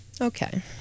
Okay